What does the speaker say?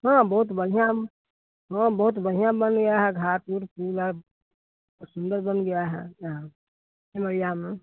हाँ बहुत बढ़ियाँ हाँ बहुत बढ़ियाँ बन गया है घाट उट पुल और सुन्दर बन गया है यहाँ सिमरिया में